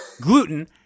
Gluten